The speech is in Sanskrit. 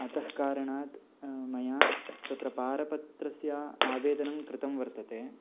अतः कारणात् मया तत्र पारपत्रस्य आवेदनं कृतं वर्तते